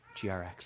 GRX